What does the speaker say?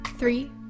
Three